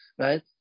Right